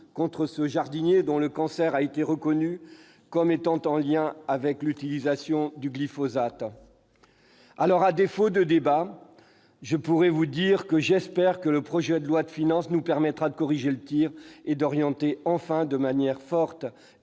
contre ce jardinier dont le cancer a été reconnu comme étant en lien avec l'utilisation du glyphosate. À défaut de débat, j'espère que le projet de loi de finances nous permettra de corriger le tir et de nous orienter enfin de manière forte